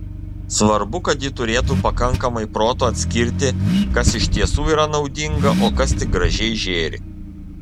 svarbu kad ji turėtų pakankamai proto atskirti kas iš tiesų yra naudinga o kas tik gražiai žėri